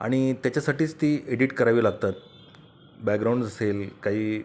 आणि त्याच्यासाठीच ती एडिट करावी लागतात बॅकग्राउंड असेल काही